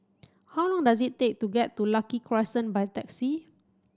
how long does it take to get to Lucky Crescent by taxi